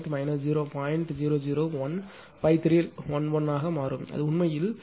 0015311 ஆக மாறும் அது உண்மையில் 0